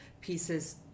pieces